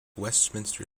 westminster